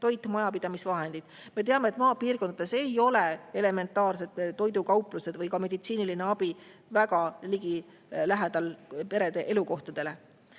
toit, majapidamisvahendid. Me teame, et maapiirkondades ei ole elementaarsed toidukauplused või ka meditsiiniline abi perede elukohtadele